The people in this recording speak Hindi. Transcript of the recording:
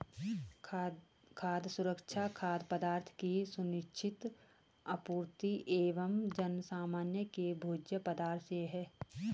खाद्य सुरक्षा खाद्य पदार्थों की सुनिश्चित आपूर्ति एवं जनसामान्य के भोज्य पदार्थों से है